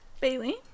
Bailey